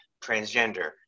transgender